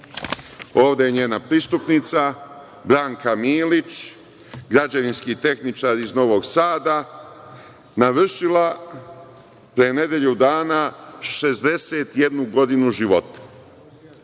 ovde je njena pristupnica Branka Milić, građevinski tehničar iz Novog Sada, navršila pre nedelju dana 61. godinu života.